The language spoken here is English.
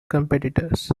competitors